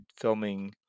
filming